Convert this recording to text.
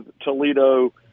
Toledo